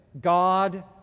God